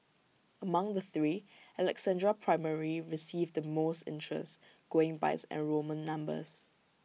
among the three Alexandra primary received the most interest going by its enrolment numbers